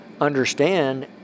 understand